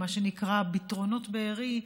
מה שנקרא בתרונות בארי.